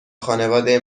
خانواده